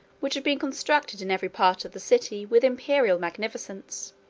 which had been constructed in every part of the city, with imperial magnificence.